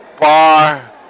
bar